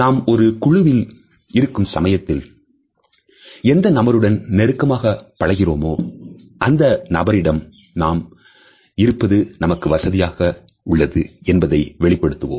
நாம் ஒரு குழுவில் இருக்கும் சமயத்தில் எந்த நபருடன் நெருக்கமாக பழகுகிறோமோ அந்த நபரிடம் நாம் இருப்பது நமக்கு வசதியாக உள்ளது என்பதை வெளிப்படுத்துவோம்